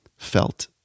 felt